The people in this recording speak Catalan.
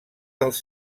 dels